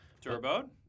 Turbo